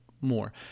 more